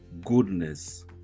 goodness